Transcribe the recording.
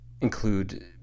include